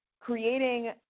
creating